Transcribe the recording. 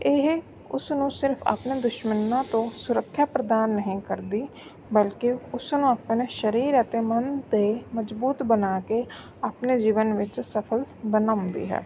ਇਹ ਉਸ ਨੂੰ ਸਿਰਫ ਆਪਣੇ ਦੁਸ਼ਮਣਾਂ ਤੋਂ ਸੁਰੱਖਿਆ ਪ੍ਰਦਾਨ ਨਹੀਂ ਕਰਦੀ ਬਲਕਿ ਉਸ ਨੂੰ ਆਪਣਾ ਸਰੀਰ ਅਤੇ ਮਨ 'ਤੇ ਮਜ਼ਬੂਤ ਬਣਾ ਕੇ ਆਪਣੇ ਜੀਵਨ ਵਿੱਚ ਸਫਲ ਬਣਾਉਂਦੀ ਹੈ